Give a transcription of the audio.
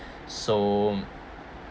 so